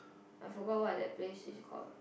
I forgot what that place is called